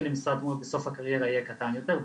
למשרת מורה בסוף הקריירה יהיה קטן יותר,